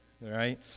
right